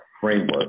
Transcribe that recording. framework